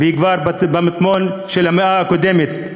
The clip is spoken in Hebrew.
והיא כמו של המאה הקודמת,